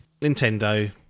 nintendo